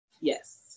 Yes